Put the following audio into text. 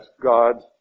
God